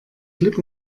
klipp